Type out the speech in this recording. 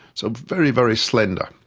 so very, very slender.